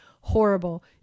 Horrible